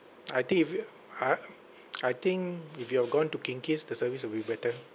I think if you uh I think if you have gone to kinki's the service will be better